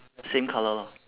same colour lah